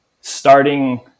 starting